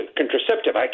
contraceptive